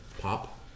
pop